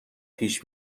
پیش